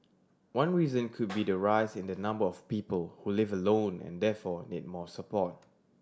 one reason could be the rise in the number of people who live alone and therefore need more support